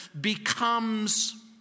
becomes